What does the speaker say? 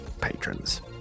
patrons